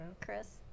Chris